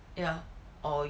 ya or you